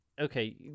okay